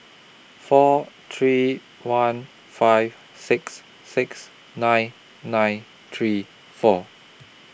four three one five six six nine nine three four